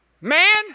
Man